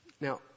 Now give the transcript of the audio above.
Now